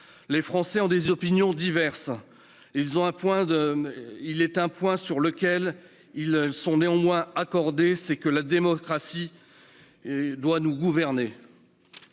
Les Français ont des opinions diverses. Il est un point sur lequel ils sont néanmoins accordés, c'est que la démocratie doit nous gouverner.